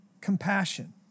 compassion